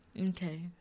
okay